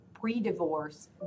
pre-divorce